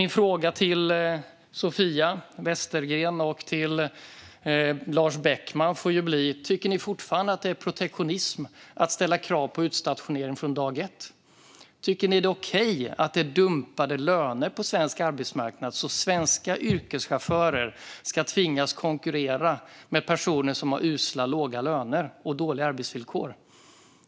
Min fråga till Sofia Westergren och Lars Beckman får därför bli: Tycker ni fortfarande att det är protektionism att ställa krav på utstationering från dag ett? Tycker ni att det är okej med dumpade löner på svensk arbetsmarknad? Ska svenska yrkeschaufförer tvingas konkurrera med personer som har usla, låga löner och dåliga arbetsvillkor?